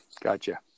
gotcha